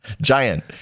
Giant